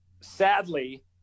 sadly